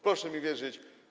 Proszę mi wierzyć.